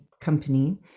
company